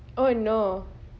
oh no